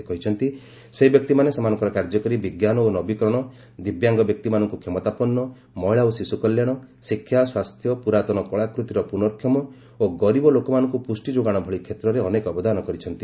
ସେ କହିଛନ୍ତି ସେହି ବ୍ୟକ୍ତିମାନେ ସେମାନଙ୍କର କାର୍ଯ୍ୟ କରି ବିଜ୍ଞାନ ଓ ନବୀକରଣ ଦିବ୍ୟାଙ୍ଗ ବ୍ୟକ୍ତିମାନଙ୍କ କ୍ଷମତାପନ୍ନ ମହିଳା ଓ ଶିଶୁ କଲ୍ୟାଣ ଶିକ୍ଷା ସ୍ୱାସ୍ଥ୍ୟ ପୁରାତନ କଳାକୃତିର ପୁନର୍କ୍ଷମ ଓ ଗରିବ ଲୋକମାନଙ୍କୁ ପୁଷ୍ଠି ଯୋଗାଣ ଭଳି କ୍ଷେତ୍ରରେ ଅନେକ ଅବଦାନ କରିଛନ୍ତି